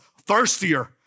thirstier